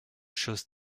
chose